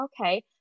okay